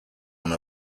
one